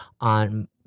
on